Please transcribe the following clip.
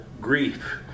grief